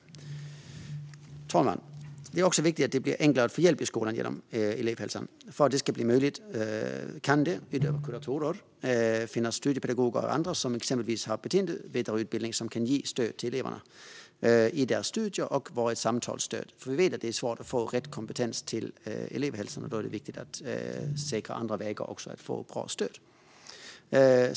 Fru talman! Det är också viktigt att det blir enklare att få hjälp i skolan genom elevhälsan. För att det ska bli möjligt kan det, utöver kuratorer, finnas studiepedagoger och andra som exempelvis har beteendevetarutbildning och kan ge stöd till eleverna i deras studier och vara ett samtalsstöd. Vi vet att det är svårt att få rätt kompetens till elevhälsan. Då är det viktigt att säkra också andra vägar att få bra stöd.